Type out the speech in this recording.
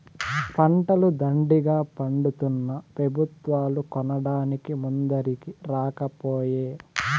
పంటలు దండిగా పండితున్నా పెబుత్వాలు కొనడానికి ముందరికి రాకపోయే